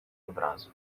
obrazu